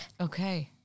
Okay